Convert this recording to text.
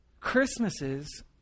Christmases